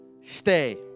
Stay